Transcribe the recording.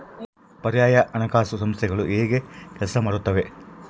ಪರ್ಯಾಯ ಹಣಕಾಸು ಸಂಸ್ಥೆಗಳು ಹೇಗೆ ಕೆಲಸ ಮಾಡುತ್ತವೆ?